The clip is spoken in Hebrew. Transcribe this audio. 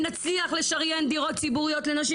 אם נצליח לשריין דירות ציבוריות לנשים